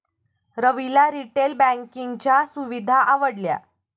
रविला रिटेल बँकिंगच्या सुविधा आवडल्या